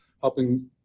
helping